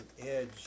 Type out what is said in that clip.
edge